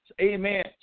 Amen